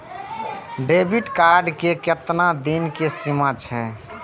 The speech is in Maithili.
डेबिट कार्ड के केतना दिन के सीमा छै?